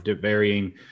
varying